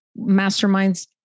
masterminds